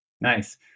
nice